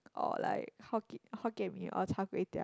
or like Hokkien Mee or Char Kway Teow